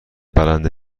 برنده